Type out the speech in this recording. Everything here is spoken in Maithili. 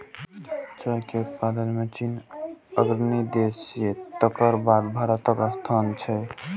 चाय के उत्पादन मे चीन अग्रणी देश छियै, तकर बाद भारतक स्थान छै